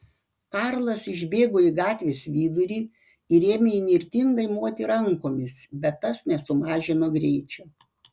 karlas išbėgo į gatvės vidurį ir ėmė įnirtingai moti rankomis bet tas nesumažino greičio